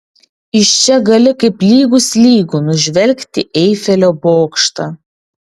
iš čia gali kaip lygus lygų nužvelgti eifelio bokštą